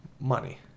Money